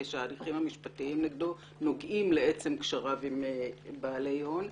כשההליכים המשפטיים נגדו נוגעים לעצם קשריו עם בעלי הון.